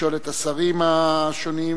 לשאול את השרים השונים.